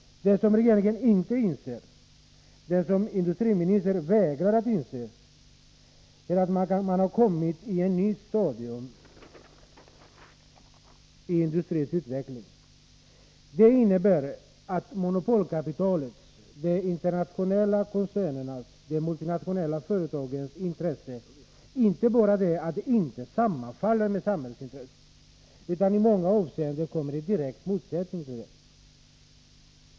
Det som regeringen inte inser, som industriministern vägrar att inse, är att man har kommit till ett nytt stadium i industrins utveckling. Det innebär att monopolkapitalets, de internationella koncernernas och de multinationella företagens intressen inte sammanfaller med samhällsintresset utan i många avseenden kommer i direkt motsättning till detta.